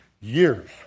years